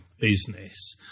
business